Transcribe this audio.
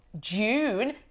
June